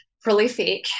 prolific